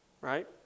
Right